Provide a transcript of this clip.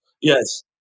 yes